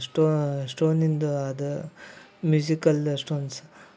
ಸ್ಟೋ ಸ್ಟೋನಿಂದು ಅದು musical stones